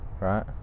right